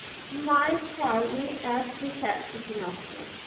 smiled proudly as he said to pinocchio